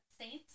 Saints